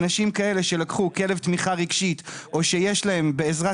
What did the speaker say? אנשים כאלה שלקחו כלב תמיכה רגשית או שיש להם בעזרת